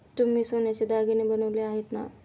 तुम्ही सोन्याचे दागिने बनवले आहेत ना?